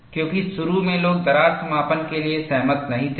क्योंकि शुरू में लोग दरार समापन के लिए सहमत नहीं थे